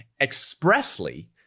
expressly